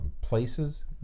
places